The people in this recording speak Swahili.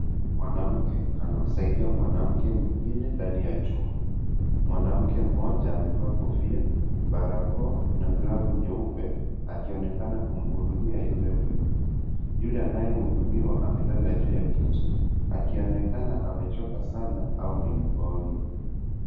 Mwanamke anamsaidia mwanamke mwingine ndani ya chumba. Mwanamke mmoja amevaa kofia, barakoa na glavu nyeupe akionekana kumhudumia yule mwingine. Yule anaye hudumiwa amelala juu ya kiti akionekana amechoka sana au ni mgonjwa.